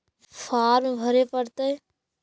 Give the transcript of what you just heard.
Farm भरे परतय?